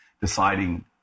deciding